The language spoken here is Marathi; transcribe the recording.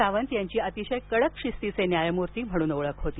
सावंत यांची अतिशय कडक शिस्तीचे न्यायमूर्ती म्हणून ओळख होती